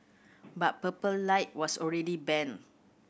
but Purple Light was already banned